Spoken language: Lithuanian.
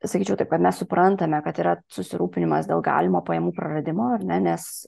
sakyčiau taip kad mes suprantame kad yra susirūpinimas dėl galimo pajamų praradimo ar ne nes